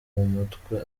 mutwe